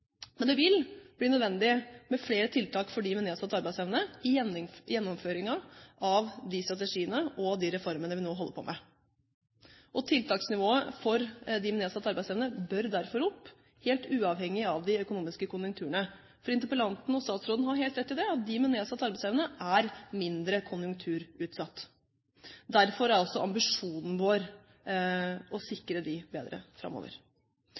Men det vil bli nødvendig med flere tiltak for dem med nedsatt arbeidsevne i gjennomføringen av de strategiene og de reformene vi nå holder på med. Tiltaksnivået for dem med nedsatt arbeidsevne bør derfor opp, helt uavhengig av de økonomiske konjunkturene. Interpellanten og statsråden har helt rett i det. Og de med nedsatt arbeidsevne er mer konjunkturutsatt. Derfor er også ambisjonen vår å sikre dem bedre framover.